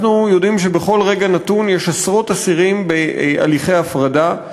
אנחנו יודעים שבכל רגע נתון יש עשרות אסירים בהליכי הפרדה.